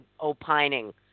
opining